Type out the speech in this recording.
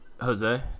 Jose